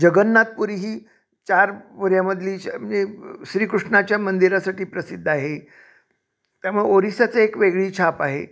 जगन्नाथपुरी ही चार वऱ्यामधली म्हणजे श्रीकृष्णाच्या मंदिरासाठी प्रसिद्ध आहे त्यामुळे ओरिसाचं एक वेगळी छाप आहे